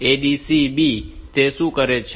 તો ADC B તે શું કરશે